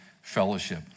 fellowship